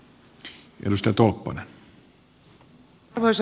arvoisa puhemies